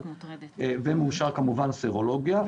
ומאושר כמובן סרולוגיה,